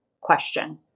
question